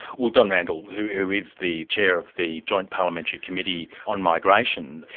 well don randall, who is the chair of the joint parliamentary committee on migration,